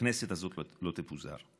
הכנסת הזאת לא תפוזר,